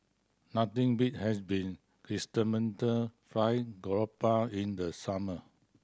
nothing beat has been Chrysanthemum Fried Garoupa in the summer